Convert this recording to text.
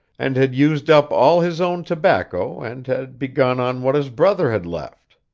and had used up all his own tobacco and had begun on what his brother had left.